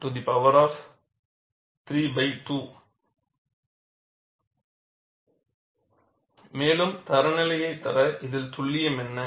6aw21〖aw〗32 மேலும் தர நிலையை தர இதில் துல்லியம் என்ன